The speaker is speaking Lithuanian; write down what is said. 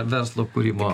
verslo kūrimo